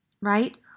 right